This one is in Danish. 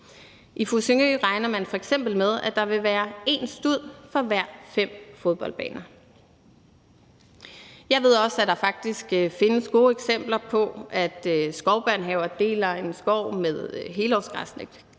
I Fussingø regner man f.eks. med, at der vil være én stud for hver fem fodboldbaner, og jeg ved også, at der faktisk findes gode eksempler på, at skovbørnehaver deler en skov med helårsgræssende